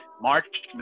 march